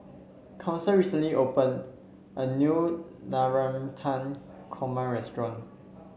Council recently opened a new Navratan Korma restaurant